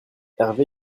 herve